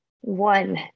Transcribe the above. One